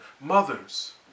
mothers